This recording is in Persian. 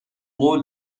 قول